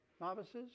novices